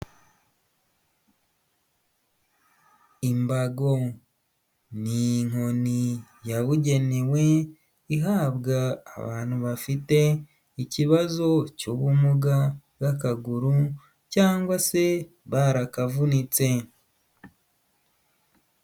Imbago ni inkoni yabugenewe ihabwa abantu bafite ikibazo cy'ubumuga bw'akaguru cyangwa se barakavunitse.